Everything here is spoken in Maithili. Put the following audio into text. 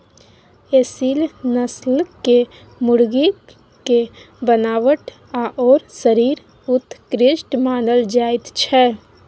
एसील नस्लक मुर्गीक बनावट आओर शरीर उत्कृष्ट मानल जाइत छै